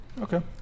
Okay